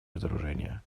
разоружения